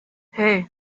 hey